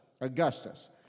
Augustus